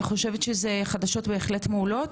אני חושבת שזה חדשות מעולות.